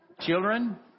children